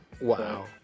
Wow